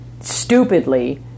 stupidly